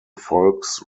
folks